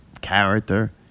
character